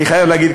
אני חייב להגיד,